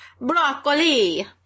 Broccoli